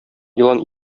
елан